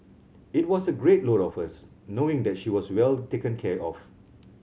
it was a great load off us knowing that she was well taken care of